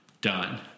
done